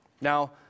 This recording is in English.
Now